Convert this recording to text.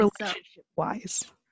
Relationship-wise